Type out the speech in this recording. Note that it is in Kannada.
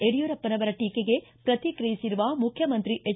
ಯಡ್ಕೂರಪ್ಪ ನವರ ಟೀಕೆಗೆ ಪ್ರತಿಕ್ರಿಯಿಸಿರುವ ಮುಖ್ಯಮಂತ್ರಿ ಎಚ್